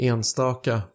Enstaka